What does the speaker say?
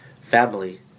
family